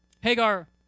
Hagar